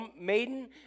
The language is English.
maiden